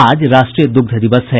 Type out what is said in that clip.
आज राष्ट्रीय दुग्ध दिवस है